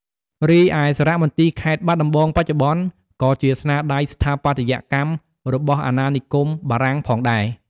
រីឯសារមន្ទីរខេត្តបាត់ដំបងបច្ចុប្បន្ន ក៏ជាស្នាដៃស្ថាបត្យកម្មរបស់អាណានិគមបារាំងផងដែរ។